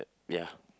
ya